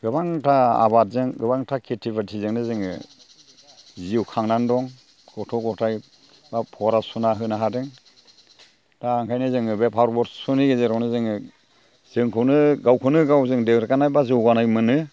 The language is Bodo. गोबांथा आबादजों गोबांथा खेथि बाथिजोंनो जोङो जिउ खांनानै दं गथ' गथाइ बा फरा सुना होनो हादों दा ओंखायनो जोङो बे भारत बरस'नि गेजेरावनो जोङो जोंखौनो गावखौनो गाव जों देरगानाय ना जौगानाय मोनो